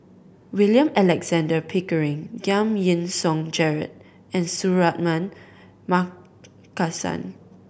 William Alexander Pickering Giam Yean Song Gerald and Suratman Markasan